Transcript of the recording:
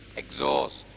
exhaust